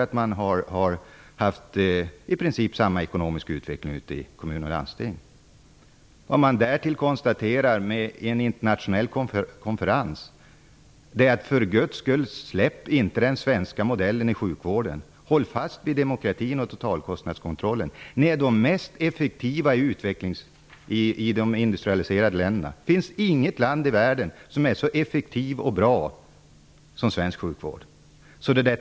Det är det som har lett till i princip samma ekonomiska utveckling i kommuner och landsting. Vid en internationell konferens har man kunnat konstatera följande: För Guds skull, släpp inte den svenska modellen i sjukvården! Håll fast vid demokratin och kontrollen av totalkostnaden. De är mest effektiva i de industrialiserade länderna. Det finns inget land i världen som har så effektiv sjukvård som Sverige.